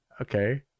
Okay